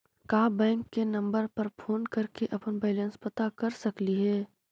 का बैंक के नंबर पर फोन कर के अपन बैलेंस पता कर सकली हे?